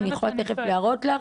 אני יכולה תכף להראות לך,